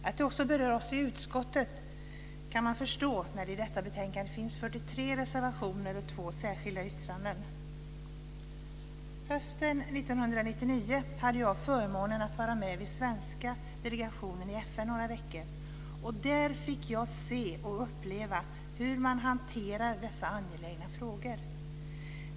Att det också berör oss i utskottet kan man förstå när det i detta betänkande finns 43 reservationer och 2 särskilda yttranden. Hösten 1999 hade jag förmånen att vara med vid svenska delegationen i FN några veckor, och där fick jag se och uppleva hur man hanterar dessa angelägna frågor.